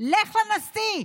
לך לנשיא,